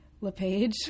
LePage